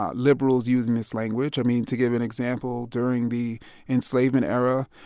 ah liberals using this language. i mean, to give an example, during the enslavement era,